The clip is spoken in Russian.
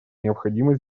необходимо